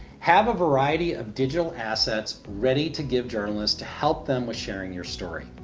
have a variety of digital assets ready to give journalists to help them with sharing your story.